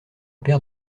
paire